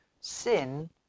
Sin